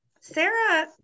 Sarah